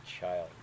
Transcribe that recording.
child